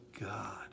God